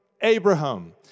Abraham